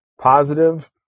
positive